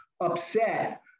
upset